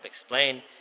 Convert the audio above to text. explained